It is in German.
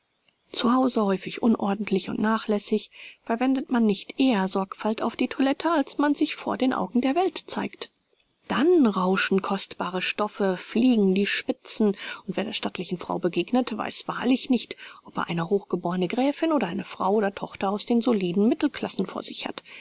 zu hause häufig unordentlich und nachlässig verwendet man nicht eher sorgfalt auf die toilette als bis man sich vor den augen der welt zeigt dann rauschen kostbare stoffe fliegen die spitzen und wer der stattlichen dame begegnet weiß wahrlich nicht ob er eine hochgeborne gräfin oder eine frau oder tochter aus den soliden mittelklassen vor sich hat